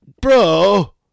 Bro